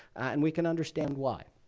and we can understand why.